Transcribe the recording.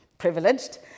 privileged